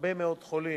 הרבה מאוד חולים.